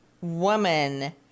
woman